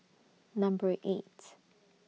Number eight